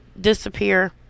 disappear